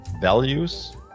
values